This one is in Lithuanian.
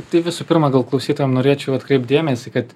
tai visų pirma gal klausytojam norėčiau atkreipt dėmesį kad